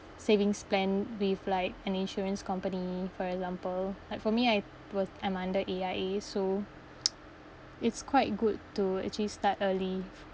savings plan with like an insurance company for example like for me I was I'm under A_I_A so it's quite good to actually start early f~